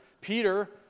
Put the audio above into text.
Peter